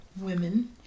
Women